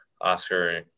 Oscar